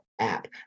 app